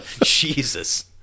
Jesus